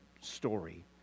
story